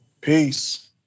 Peace